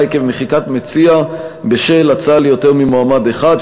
עקב מחיקת מציע בשל הצעה ליותר ממועמד אחד,